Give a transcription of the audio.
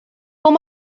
pull